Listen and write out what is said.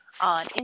On